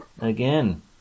again